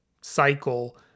cycle